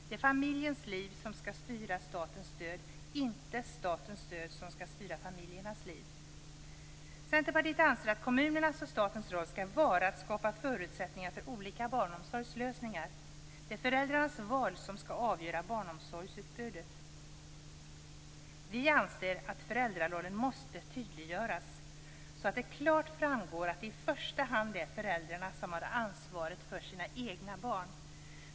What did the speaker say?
Det är familjens liv som skall styra statens stöd, inte statens stöd som skall styra familjens liv. Centerpartiet anser att kommunernas och statens roll skall vara att skapa förutsättningar för olika barnomsorgslösningar. Det är föräldrarnas val som skall avgöra barnomsorgsutbudet. Vi anser att föräldrarollen måste tydliggöras så att det klart framgår att det i första hand är föräldrarna som har ansvaret för sina egna barn.